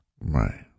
Right